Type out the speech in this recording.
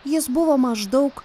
jis buvo maždaug